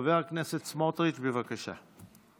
חבר הכנסת סמוטריץ', בבקשה.